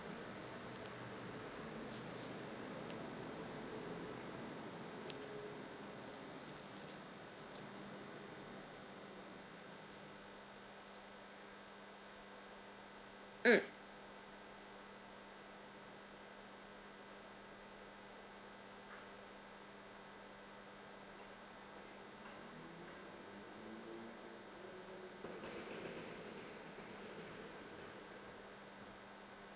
mm